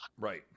Right